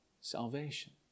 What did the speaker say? salvation